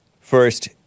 First